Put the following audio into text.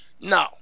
No